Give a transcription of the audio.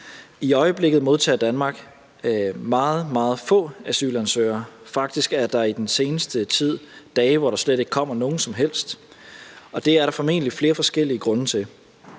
I øjeblikket modtager Danmark meget, meget få asylansøgere – faktisk har der i den seneste tid været dage, hvor der slet ikke er kommet nogen som helst. Det er der nok flere forskellige grunde til,